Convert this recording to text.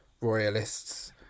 royalists